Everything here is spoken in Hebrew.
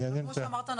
כמו אמרת,